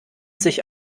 sich